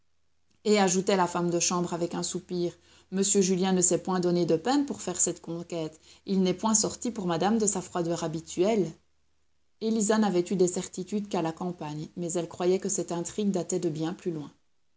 et ajoutait la femme de chambre avec un soupir m julien ne s'est point donné de peine pour faire cette conquête il n'est point sorti pour madame de sa froideur habituelle élisa n'avait eu des certitudes qu'à la campagne mais elle croyait que cette intrigue datait de bien plus loin